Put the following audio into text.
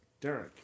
Derek